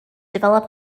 develop